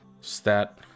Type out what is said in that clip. stat